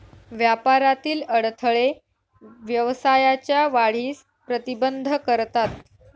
व्यापारातील अडथळे व्यवसायाच्या वाढीस प्रतिबंध करतात